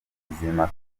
bizima